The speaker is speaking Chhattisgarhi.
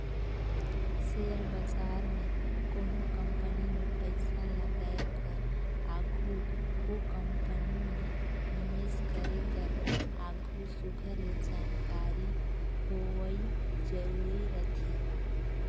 सेयर बजार में कोनो कंपनी में पइसा लगाए कर आघु ओ कंपनी में निवेस करे कर आघु सुग्घर ले जानकारी होवई जरूरी रहथे